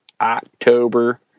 October